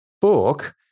book